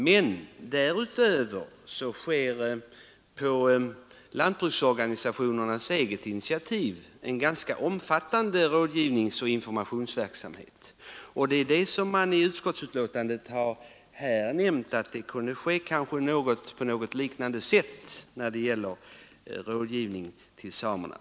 Men därutöver förekommer på lantbruksorganisationernas eget initiativ en ganska omfattande rådgivningsoch informationsverksamhet, och i utskottsbetänkandet har nämnts att det kanske kunde ske på liknande sätt när det gäller rådgivning till samerna.